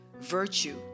virtue